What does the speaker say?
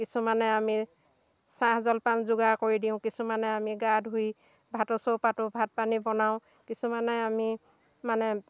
কিছুমানে আমি চাহ জলপান যোগাৰ কৰি দিওঁ কিছুমানে আমি গা ধুই ভাতৰ চৰু পাতোঁ ভাত পানী বনাওঁ কিছুমানে আমি মানে